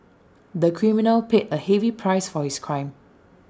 the criminal paid A heavy price for his crime